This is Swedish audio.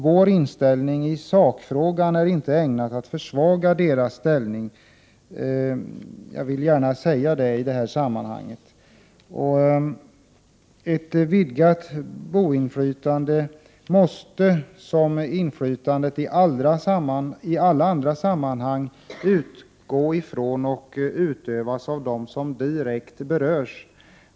Vår inställning i sakfrågan är inte ägnad att försvaga dess ställning. Det vill jag gärna ha sagt i detta sammanhang. Ett vidgat boendeinflytande måste, som inflytande i alla andra sammanhang, utgå ifrån och utövas av dem som direkt berörs.